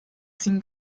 ziehen